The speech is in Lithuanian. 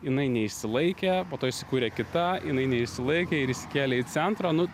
jinai neišsilaikė po to įsikūrė kita jinai neišsilaikė ir išsikėlė į centrą nu